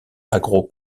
agro